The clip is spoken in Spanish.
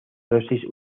dosis